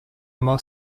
more